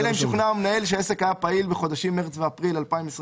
"אלא אם שוכנע המנהל שהעסק היה פעיל בחודשים מרץ ואפריל 2022."